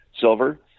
silver